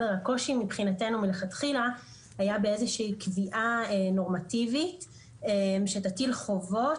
הקושי מבחינתנו מלכתחילה היה באיזושהי קביעה נורמטיבית שתטיל חובות.